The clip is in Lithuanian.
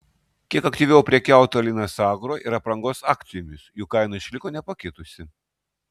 kiek aktyviau prekiauta linas agro ir aprangos akcijomis jų kaina išliko nepakitusi